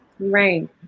Right